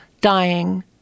dying